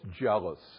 jealous